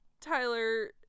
Tyler